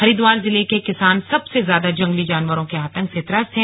हरिद्वार जिले के किसान सबसे ज्यादा जंगली जानवरों के आतंक से त्रस्त हैं